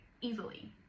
easily